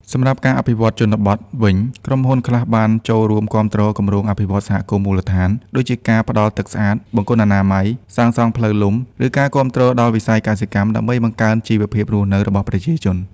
សម្រាប់់ការអភិវឌ្ឍជនបទវិញ ក្រុមហ៊ុនខ្លះបាន ចូលរួមគាំទ្រគម្រោងអភិវឌ្ឍន៍សហគមន៍មូលដ្ឋាន ដូចជាការផ្ដល់ទឹកស្អាត បង្គន់អនាម័យ សាងសង់ផ្លូវលំ ឬការគាំទ្រដល់វិស័យកសិកម្ម ដើម្បីបង្កើនជីវភាពរស់នៅរបស់ប្រជាជន។